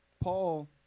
Paul